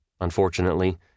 Unfortunately